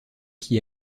qui